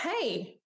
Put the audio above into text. hey